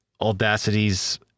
Audacity's